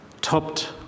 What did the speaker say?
topped